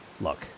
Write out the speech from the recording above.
Look